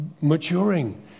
maturing